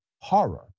horror